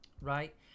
right